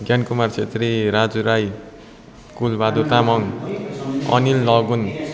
Gyankumar Chhetri Raju Rai Kulbahadur Tamang Anil Lagun